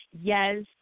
Yes